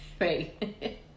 Right